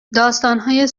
داستانهای